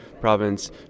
province